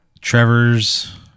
trevor's